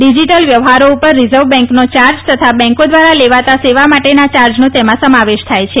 digital વ્યવહારો ઉપર reserve બેંકનો ચાર્જ તથા બેંકો દ્વારા લેવાતા સેવા માટેના ચાર્જનો સમાવેશ થાય છે